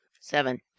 Seven